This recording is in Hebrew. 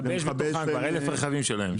מכבי האש בתוכם, 1,000 רכבים שלהם שם.